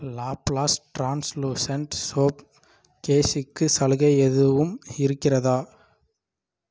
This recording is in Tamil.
லாப் லாஸ்ட் ட்ரான்ஸ்லூசன்ட் சோப் கேஸுக்கு சலுகை எதுவும் இருக்கிறதா